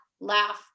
laugh